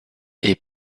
est